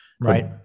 Right